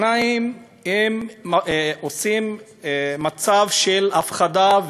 2. הם עושים מצב של הפחדה,